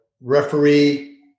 referee